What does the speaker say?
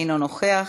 אינו נוכח.